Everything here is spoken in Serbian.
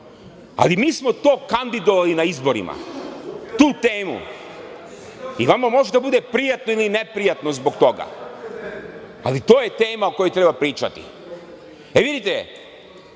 ali mi smo to kandidovali na izborima tu temu i vama može da bude prijatno ili neprijatno zbog toga, ali to je tema o kojoj treba pričati.E, vidite,